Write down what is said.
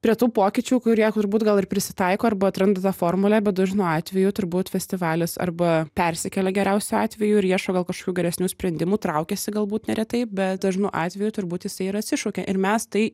prie tų pokyčių kurie turbūt gal ir prisitaiko arba atranda tą formulę bet dažnu atveju turbūt festivalis arba persikelia geriausiu atveju ir ieško gal kažkokių geresnių sprendimų traukiasi galbūt neretai bet dažnu atveju turbūt jisai ir atsišaukia ir mes tai